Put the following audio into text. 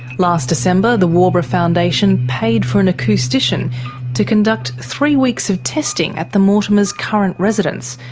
last december, the waubra foundation paid for an acoustician to conduct three weeks of testing at the mortimers' current residence,